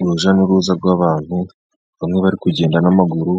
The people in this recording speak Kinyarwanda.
Urujya n'uruza rw'abantu bamwe bari kugenda n'amaguru